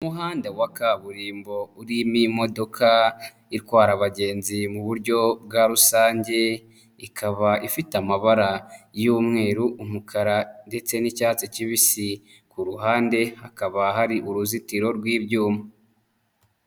Umuhanda wa kaburimbo urimo imodoka itwara abagenzi mu buryo bwa rusange, ikaba ifite amabara y'umweru, umukara ndetse n'icyatsi kibisi. Ku ruhande hakaba hari uruzitiro rw'ibyuma.